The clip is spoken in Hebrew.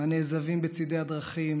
הנעזבים בצידי הדרכים,